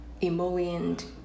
emollient